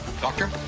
Doctor